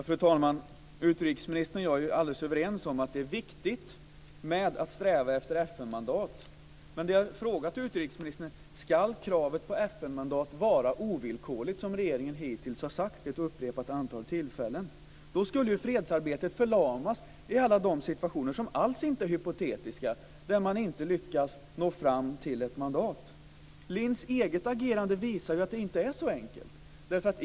Fru talman! Utrikesministern och jag är alldeles överens om att det är viktigt att sträva efter FN mandat, men det som jag har frågat utrikesministern är om kravet på FN-mandat ska vara ovillkorligt, som regeringen hittills har sagt vid upprepade tillfällen. Då skulle ju fredsarbetet förlamas i alla de situationer - som alls inte är hypotetiska - där man inte lyckas nå fram till ett mandat. Lindhs eget agerande visar ju att det inte är så enkelt.